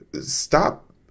Stop